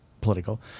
political